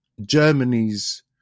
Germany's